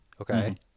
okay